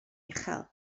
uchel